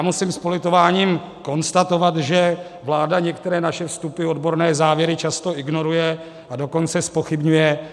Musím s politováním konstatovat, že vláda některé naše odborné závěry často ignoruje, a dokonce zpochybňuje.